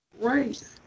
Right